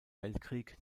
weltkrieg